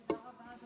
תודה רבה.